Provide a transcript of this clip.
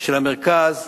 של המרכז,